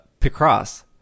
Picross